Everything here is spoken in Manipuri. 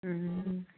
ꯎꯝ